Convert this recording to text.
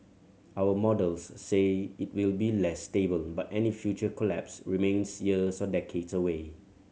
our models say it will be less stable but any future collapse remains years or decades away